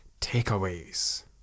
Takeaways